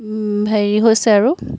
হেৰি হৈছে আৰু